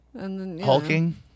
Hulking